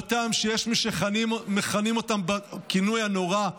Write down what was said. שיש מי שמכנים אותם בכינוי הנורא,